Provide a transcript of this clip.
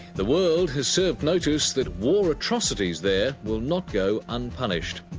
the world has served notice that war atrocities there will not go unpunished.